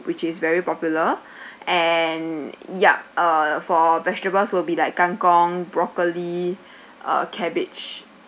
which is very popular and yup uh for vegetables will be like kangkong broccoli cabbage